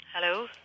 Hello